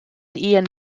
ehen